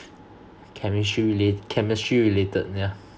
chemis~ chemistry related yeah